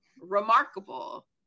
remarkable